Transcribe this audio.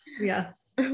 Yes